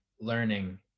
learning